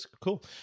Cool